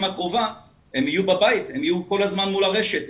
הקרובה הם יהיו בבית ויהיו כל הזמן מול הרשת.